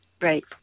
Right